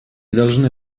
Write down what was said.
должны